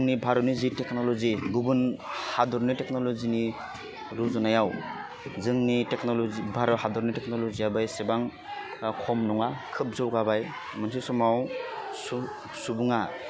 जोंनि भारतनि जि टेक्न'लजि गुबुन हाददनि टेक्न'लजिनि रुजुनायाव जोंनि टेक्न'लजि भारत हादरनि टेक्न'लजियाबो एसेबां खम नङा खोब जौगाबाय मोनसे समाव सु सुबुङा